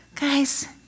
Guys